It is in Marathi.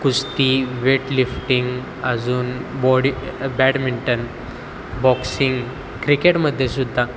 कुस्ती वेटलिफ्टिंग अजून बॉडी बॅडमिंटन बॉक्सिंग क्रिकेटमध्ये सुुद्धा